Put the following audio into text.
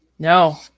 No